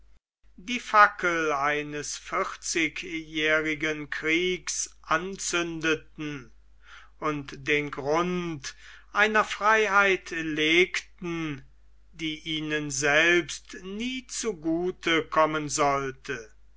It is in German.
die fackel eines vierzigjährigen kriegs anzündeten und den grund einer freiheit legten die ihnen selbst nie zu gute kommen sollte